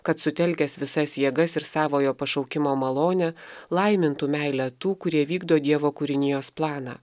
kad sutelkęs visas jėgas ir savojo pašaukimo malonę laimintų meilę tų kurie vykdo dievo kūrinijos planą